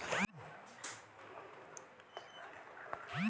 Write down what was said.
समय से पहिले अगर हम कुल लोन जमा कर देत हई तब कितना छूट मिली?